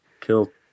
kill